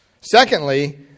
Secondly